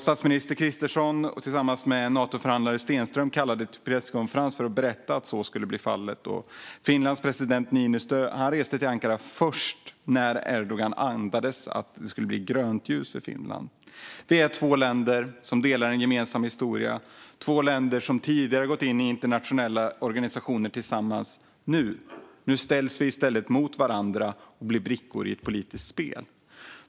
Statsminister Kristersson kallade tillsammans med Natoförhandlare Stenström till presskonferens för att berätta att så skulle bli fallet. Finlands president Niinistö reste till Ankara först när Erdogan andades att det skulle bli grönt ljus för Finland. Sverige och Finland är två länder som delar en gemensam historia och som tidigare har gått in i internationella organisationer tillsammans. Nu ställs länderna i stället mot varandra och blir brickor i ett politiskt spel.